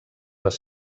les